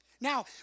Now